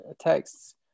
texts